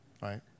right